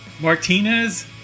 Martinez